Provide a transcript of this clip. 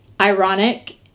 ironic